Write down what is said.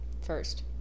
first